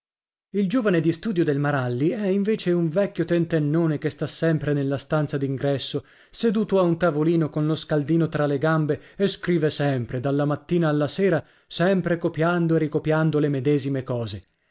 il giovane di studio del maralli è invece un vecchio tentennone che sta sempre nella stanza d'ingresso seduto a un tavolino con lo scaldino tra le gambe e scrive sempre dalla mattina alla sera sempre copiando e ricopiando le medesime cose